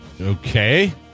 Okay